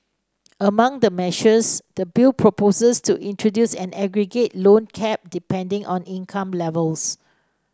among the measures the bill proposes to introduce an aggregate loan cap depending on income levels